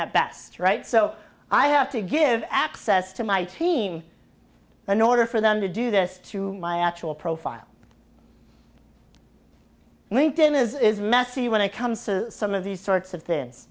at best right so i have to give access to my team in order for them to do this through my actual profile and linked in is messy when it comes to some of these sorts of this